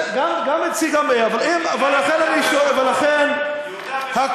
גם את C, גם את A. ולכן, יהודה ושומרון.